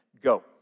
go